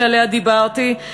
שעליה דיברתי,